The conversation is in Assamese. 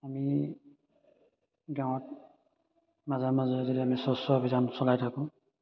আমি গাঁৱত মাজে মাজে যদি আমি স্বচ্ছ অভিযান চলাই থাকো